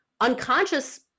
Unconscious